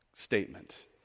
statement